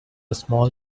small